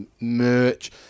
merch